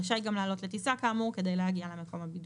רשאי גם לעלות לטיסה כאמור כדי להגיע למקום הבידוד,